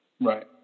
Right